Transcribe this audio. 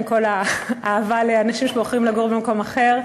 עם כל האהבה לאנשים שבוחרים לגור במקום אחר.